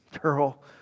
Girl